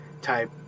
type